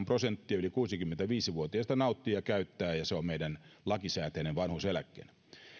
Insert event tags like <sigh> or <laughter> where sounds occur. <unintelligible> prosenttia yli kuusikymmentäviisi vuotiaista nauttii ja käyttää ja se on meidän lakisääteinen vanhuuseläke